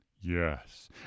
Yes